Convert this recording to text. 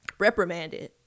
reprimanded